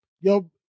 Yo